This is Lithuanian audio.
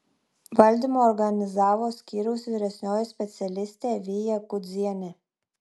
valdymo organizavo skyriaus vyresnioji specialistė vija kudzienė